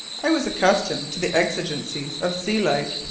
i was accustomed to the exigencies of sea life,